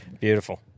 Beautiful